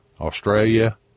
Australia